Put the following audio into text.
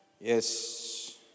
Yes